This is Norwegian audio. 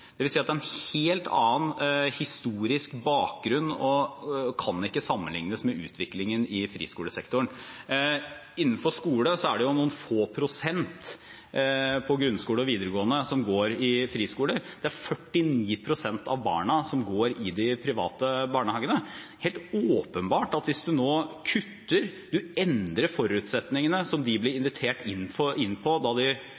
at det er en helt annen historisk bakgrunn, som ikke kan sammenlignes med utviklingen i friskolesektoren. Innenfor skolen er det noen få prosent i grunnskole og videregående skole som går i friskoler. Det er 49 pst. av barna som går i de private barnehagene. Det er helt åpenbart at hvis man nå kutter, at man endrer forutsetningene som de